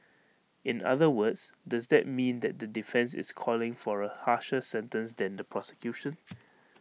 in other words does that mean that the defence is calling for A harsher sentence than the prosecution